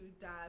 dive